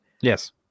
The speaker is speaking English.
Yes